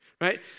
right